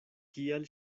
kial